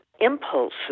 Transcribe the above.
impulses